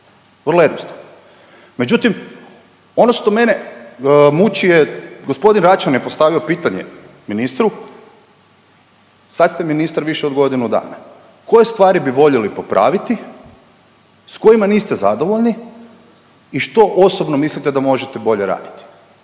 vrlo jednostavno. Međutim, ono što mene muči je, g. Račan je postavio pitanje ministru, sad ste ministar više od godinu dana, koje stvari bi voljeli popraviti s kojima niste zadovoljni i što osobno mislite da možete bolje raditi.